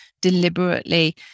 deliberately